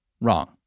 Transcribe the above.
Wrong